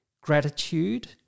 gratitude